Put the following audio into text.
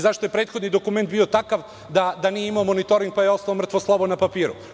Zašto je prethodni dokument bio takav, da nije imao monitoring pa je ostao mrtvo slovo na papiru.